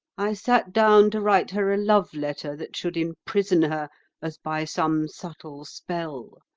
i sat down to write her a love-letter that should imprison her as by some subtle spell.